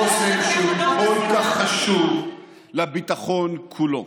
חוסן שהוא כל כך חשוב לביטחון כולו.